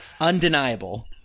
undeniable